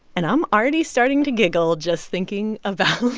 and i'm already starting to giggle just thinking about